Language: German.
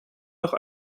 noch